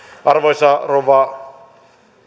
arvoisa rouva